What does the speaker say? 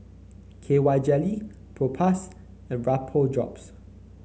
K Y Jelly Propass and Vapodrops